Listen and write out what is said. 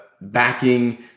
backing